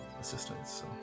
assistance